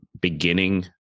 beginning